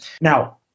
Now